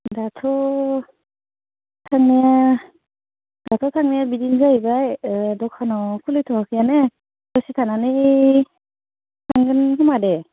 दाथ' थांनाया दाखालि थांनाया बिदिनो जाहैबाय दखाना खुलिथ'आखैनो दसे थानानै मोनगोन खोमा दे